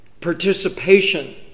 participation